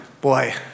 Boy